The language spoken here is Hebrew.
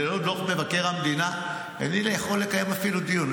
שללא דוח מבקר המדינה אינני יכול אפילו לקיים דיון.